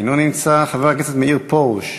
אינו נמצא, חבר הכנסת מאיר פרוש,